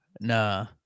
Nah